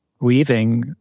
weaving